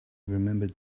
remembered